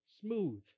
smooth